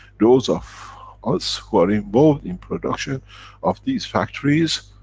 those of us who are involved in production of these factories,